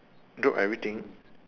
drop everything